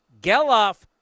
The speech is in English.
Geloff